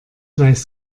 weiß